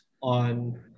on –